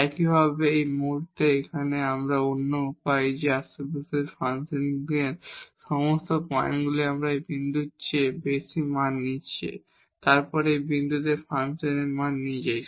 একইভাবে এই মুহুর্তে এখানে কিন্তু এটি অন্য উপায় যে আশেপাশের ফাংশনের সমস্ত পয়েন্টগুলি এই বিন্দুর চেয়ে বেশি মান নিচ্ছে তারপর এই বিন্দুতে ফাংশনের মান নিজেই